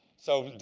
so,